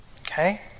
Okay